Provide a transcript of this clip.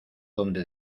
donde